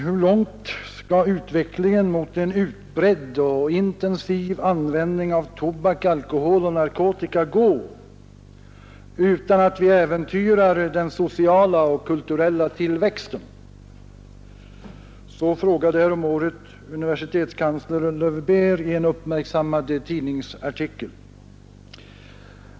Hur långt skall utvecklingen mot en utbredd och intensiv användning av tobak, alkohol och narkotika gå utan att vi äventyrar den sociala och kulturella tillväxten? Så frågade häromåret universitetskansler Löwbeer i en uppmärksammad tidningsartikel.